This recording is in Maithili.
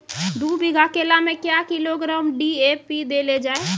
दू बीघा केला मैं क्या किलोग्राम डी.ए.पी देले जाय?